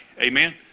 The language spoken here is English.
Amen